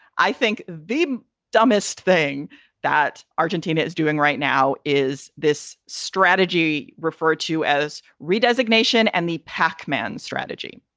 i think the dumbest thing that argentina is doing right now is this strategy referred to as re designation and the pac man strategy,